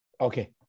Okay